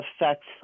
affects